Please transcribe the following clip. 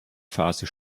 phase